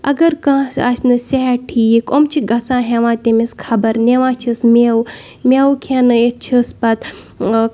اَگر کٲنسہِ آسہِ نہٕ صحت ٹھیٖک یِم چھِ گژھان ہیوان تٔمِس خبر نِوان چھِس میوٕ میوٕ کھٮ۪نٲیِتھ چھِس پَتہٕ